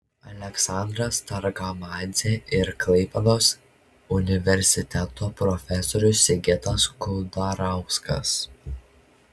aleksandras targamadzė ir klaipėdos universiteto profesorius sigitas kudarauskas